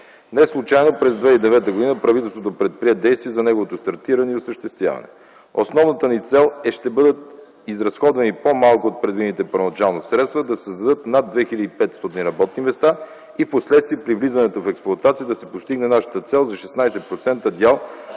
Неслучайно през 2009 г. правителството предприе действия за неговото стартиране и осъществяване. Основната ни цел е да бъдат изразходвани по-малко от предвидените първоначално средства, да се създадат над 2500 работни места и тук впоследствие при влизането в експлоатация да се постигне нашата цел за 16% дял